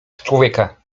człowieka